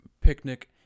picnic